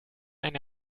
eine